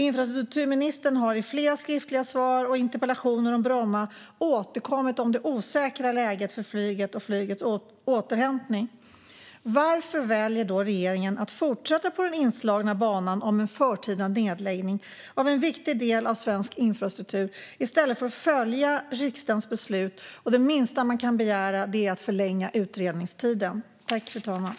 Infrastrukturministern har i flera skriftliga svar och interpellationssvar om Bromma återkommit till det osäkra läget för flygets återhämtning. Varför väljer då regeringen att fortsätta på den inslagna banan med en förtida nedläggning av en viktig del av svensk infrastruktur i stället för att följa riksdagens beslut? Det minsta man kan begära är att utredningstiden förlängs.